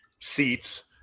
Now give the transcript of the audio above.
seats